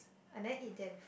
I never eat there before